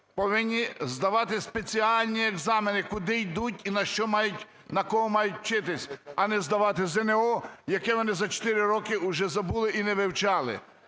повинні здавати спеціальні екзамени, куди йдуть і на що мають, на кого мають вчитись. А не здавати ЗНО, яке вони за 4 роки уже забули і не вивчали.